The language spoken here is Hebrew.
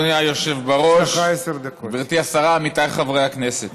אדוני היושב בראש, גברתי השרה, עמיתיי חברי הכנסת,